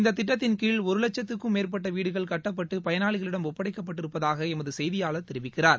இந்த திட்டத்தின் கீழ் ஒரு வட்கத்துக்கும் மேற்பட்ட வீடுகள் கட்டப்பட்டு பயனாளிகளிடம் ஒப்படைக்கப்பட்டிருப்பதாக எமது செய்தியாளர் தெரிவிக்கிறார்